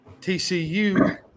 TCU